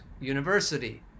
University